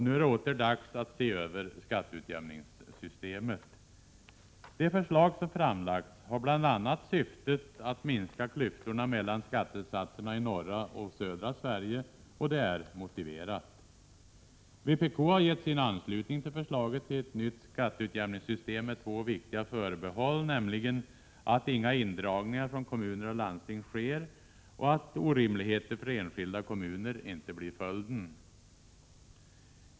Nu är det åter dags att se över skatteutjämningssystemet. Pet förslag som har framlagts syftar bl.a. till att minska klyftorna mellan skattesatserna i norra och södra Sverige, och det är motiverat. Vpk har anslutit sig till förslaget till nytt skatteutjämningssystem — med två viktiga förbehåll, nämligen: att inga indragningar från kommuner och landsting sker och att orimligheter för enskilda kommuner inte blir följden.